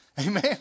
Amen